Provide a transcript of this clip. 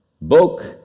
book